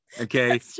Okay